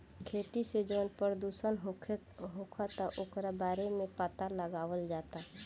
खेती से जवन प्रदूषण होखता ओकरो बारे में पाता लगावल जाता